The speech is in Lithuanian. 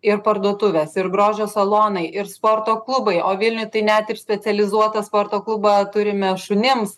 ir parduotuvės ir grožio salonai ir sporto klubai o vilniuj tai net ir specializuotą sporto klubą turime šunims